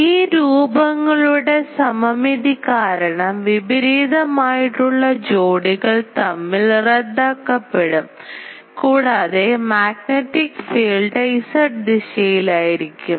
ഈ രൂപങ്ങളുടെ സമമിതി കാരണം വിപരീതം ആയിട്ടുള്ള ജോഡികൾ തമ്മിൽ റദ്ദാകപ്പെടും കൂടാതെ മാഗ്നറ്റിക് ഫീൽഡ് Z ദിശയിലായിരിക്കും